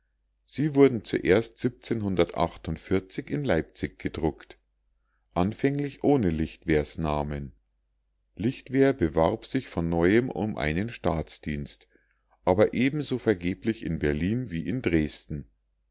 sie wurden zuerst in leipzig gedruckt anfänglich ohne lichtwer's namen lichtwer bewarb sich von neuem um einen staatsdienst aber eben so vergeblich in berlin wie in dresden